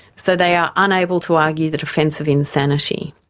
so they are unable to argue the defence of insanity.